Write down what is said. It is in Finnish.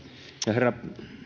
herra